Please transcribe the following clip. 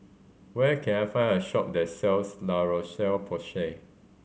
where can I find a shop that sells La Roche Porsay